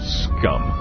scum